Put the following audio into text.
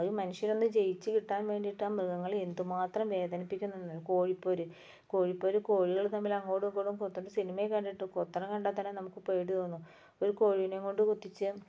അത് മനുഷ്യർ ഒന്ന് ജയിച്ചുകിട്ടാൻ വേണ്ടിയിട്ടാണ് മൃഗങ്ങൾ എന്തുമാത്രം വേദനിപ്പിക്കുന്നത് കോഴിപ്പോര് കോഴിപ്പോര് കോഴികൾ തമ്മിൽ അങ്ങോട്ടും ഇങ്ങോട്ടും കൊക്കുന്നത് സിനിമയിൽ കണ്ടിട്ടുണ്ട് കൊത്തുന്നത് കണ്ടാൽ തന്നെ നമുക്ക് പേടി തോന്നും ഒരു കോഴിനെയും കൊണ്ട് കൊത്തിച്ച